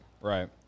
right